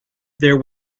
there